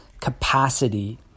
capacity